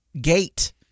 gate